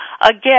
again